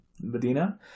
Medina